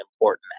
important